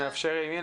מאפשרים.